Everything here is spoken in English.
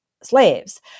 slaves